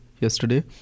yesterday